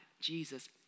Jesus